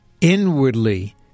Inwardly